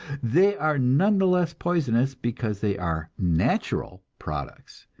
they are none the less poisonous because they are natural products.